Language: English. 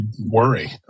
worry